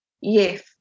Yes